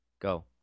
Go